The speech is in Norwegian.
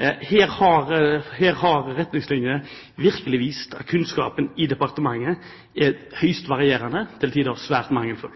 Her har retningslinjene virkelig vist at kunnskapen i departementet er høyst varierende, til tider svært mangelfull.